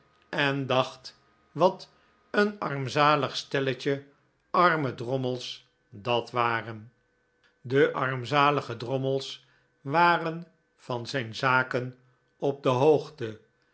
en dacht wat een armzalig stelletje arme drommels dat waren de armzalige drommels waren van zijn zaken op de hoogte